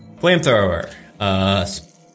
Flamethrower